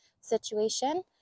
situation